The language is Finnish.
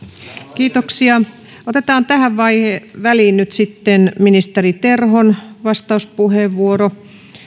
kiitoksia otetaan tähän väliin nyt sitten ministeri terhon vastauspuheenvuoro